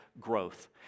growth